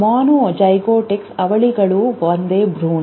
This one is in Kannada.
ಮೊನೊಜೈಗೋಟಿಕ್ ಅವಳಿಗಳು ಒಂದೇ ಭ್ರೂಣ